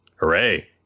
Hooray